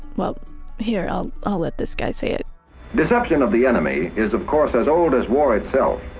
well here i'll i'll let this guy say it deception of the enemy is of course as old as war itself.